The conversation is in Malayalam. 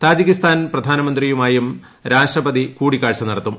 താജിക്കിസ്ഥാൻ പ്രധാനമന്ത്രിയുമായും രാഷ്ട്രപതി കൂടിക്കാഴ്ച നടത്തും